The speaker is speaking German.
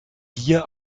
dir